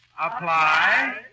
Apply